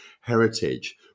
heritage